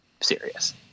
serious